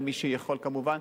מי שיכול כמובן,